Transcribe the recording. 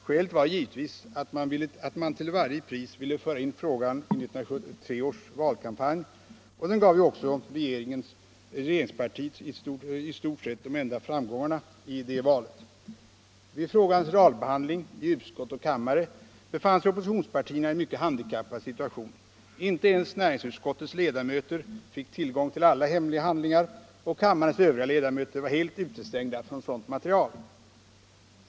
Skälet var givetvis att man till varje pris ville föra in frågan i 1973 års valkampanj, och den gav ju också regeringspartiet i stort sett de enda framgångarna i det valet. Vid frågans realbehandling i utskott och kammare befann sig oppositionspartierna i en mycket handikappad situation. Inte ens näringsutskottets ledamöter fick tillgång till alla hemliga handlingar, och kammarens övriga ledamöter var helt utestängda från sådant material.